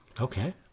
Okay